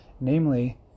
Namely